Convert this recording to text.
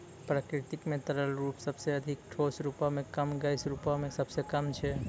प्रकृति म तरल रूप सबसें अधिक, ठोस रूपो म कम, गैस रूपो म सबसे कम छै